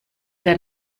der